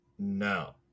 No